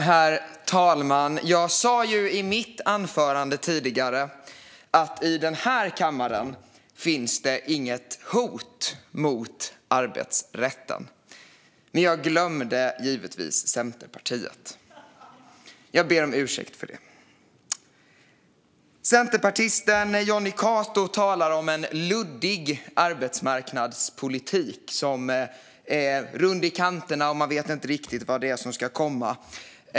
Herr talman! I mitt anförande tidigare sa jag att det inte finns något hot mot arbetsrätten i den här kammaren. Men jag glömde givetvis Centerpartiet. Jag ber om ursäkt för det. Centerpartisten Jonny Cato talar om en luddig arbetsmarknadspolitik som är rund i kanterna. Man vet inte riktigt vad det är som ska komma.